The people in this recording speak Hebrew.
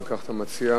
מה אתה מציע?